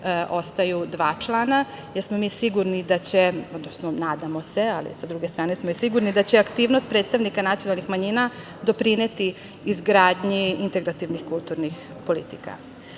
Ostaju dva člana. Mi smo sigurni da će, odnosno nadamo se, ali sa druge strane smo i sigurni da će aktivnosti predstavnika nacionalnih manjina doprineti izgradnji integrativnih kulturnih politika. Takođe,